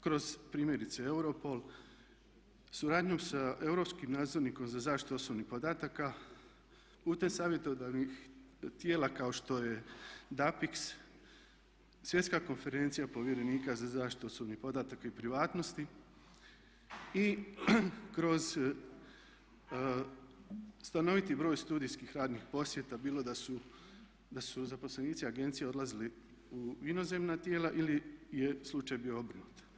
kroz primjerice EUROPOL, suradnjom sa europskim nadzornikom za zaštitu osobnih podataka, putem savjetodavnih tijela kao što je DAPIX, svjetska konferencija povjerenika za zaštitu osobnih podataka i privatnosti i kroz stanoviti broj studijskih radnih posjeta bilo da su zaposlenici agencije odlazili u inozemna tijela ili je slučaj bio obrnut.